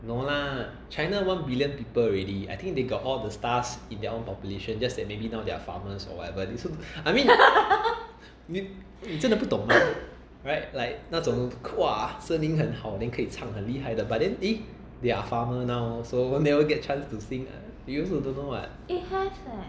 no lah china one billion people already I think they got all the stars in their own population just that maybe now they're farmers or whatever I mean it 真的不懂 right like 那种 声音很好可以唱很厉害的 but then eh they are farmer now so never get chance to sing you also don't know what